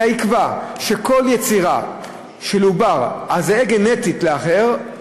אלא יקבע שכל יצירה של עובר הזהה גנטית לאחר,